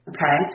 Okay